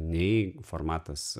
nei formatas